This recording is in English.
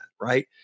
Right